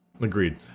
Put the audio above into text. Agreed